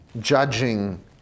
judging